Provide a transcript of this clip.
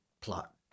plot